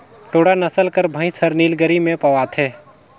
टोडा नसल कर भंइस हर नीलगिरी में पवाथे